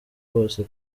bose